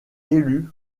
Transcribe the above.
élu